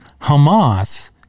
Hamas